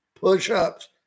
push-ups